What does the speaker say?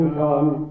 come